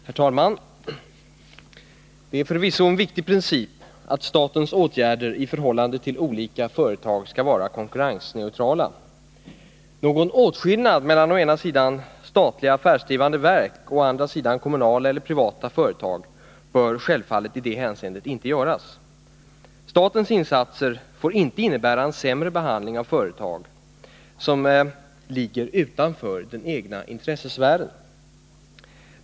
Herr talman! Det är förvisso en viktig princip att statens åtgärder beträffande olika företag skall vara konkurrensneutrala. Någon åtskillnad mellan å ena sidan statliga affärsdrivande verk och å andra sidan kommunala eller privata företag bör självfallet i det hänseendet inte göras. Statens insatser får inte innebära en sämre behandling av företag som ligger utanför den egna intressesfären.